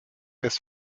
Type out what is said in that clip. des